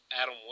Adam